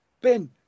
Ben